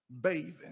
bathing